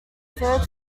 third